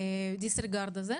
הדיסריגרד הזה?